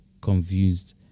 confused